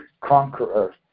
conqueror